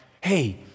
hey